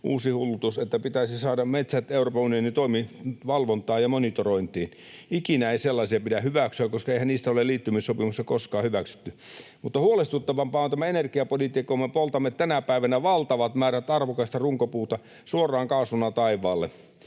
uusi hullutus, että pitäisi saada metsät Euroopan unionin valvontaan ja monitorointiin. Ikinä ei sellaisia pidä hyväksyä, koska eihän niitä ole liittymissopimuksessa koskaan hyväksytty. Mutta huolestuttavampaa on tämä energiapolitiikka. Me poltamme tänä päivänä valtavat määrät arvokasta runkopuuta suoraan kaasuna taivaalle